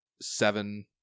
seven